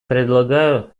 предлагаю